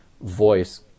voice